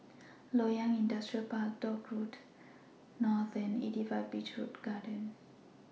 Loyang Industrial Park Dock Road North and eighty five Beach Garden Hotel